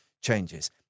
changes